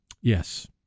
Yes